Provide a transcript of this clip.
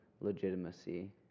legitimacy